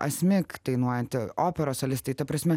asmik dainuojanti operos solistai ta prasme